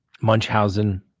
Munchausen